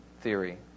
theory